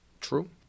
True